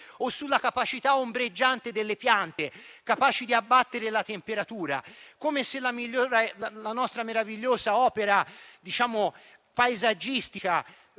o sulla capacità ombreggiante delle piante, capaci di abbattere la temperatura, come se la nostra meravigliosa opera paesaggistica